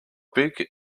big